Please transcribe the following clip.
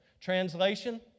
Translation